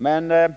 Det har